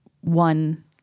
one